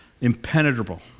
Impenetrable